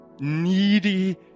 needy